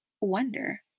wonder